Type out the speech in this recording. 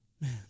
Man